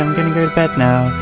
bed now.